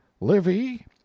Livy